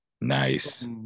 Nice